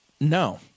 No